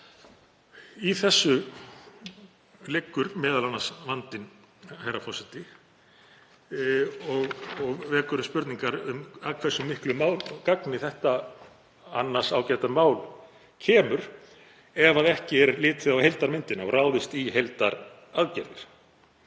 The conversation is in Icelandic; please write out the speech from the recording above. Í þessu liggur m.a. vandinn, herra forseti, og vekur upp spurningar um að hversu miklu gagni þetta annars ágæta mál kemur ef ekki er litið á heildarmyndina og ráðist í heildaraðgerðir.